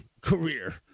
career